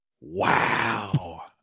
Wow